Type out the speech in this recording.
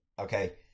Okay